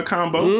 Combo